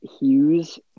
Hughes